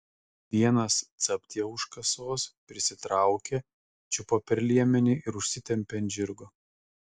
vienas capt ją už kasos prisitraukė čiupo per liemenį ir užsitempė ant žirgo